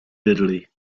diddley